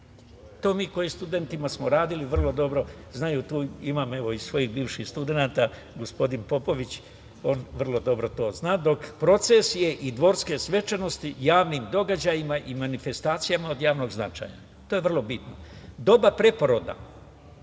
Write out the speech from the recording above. To mi koji smo sa studentima radili vrlo dobro znaju, evo imam tu i svojih bivših studenata, gospodin Popović, on vrlo dobro to zna, dok procesije i dvorske svečanosti javnim događajima i manifestacijama od javnog značaja. To je vrlo bitno. Doba preporoda.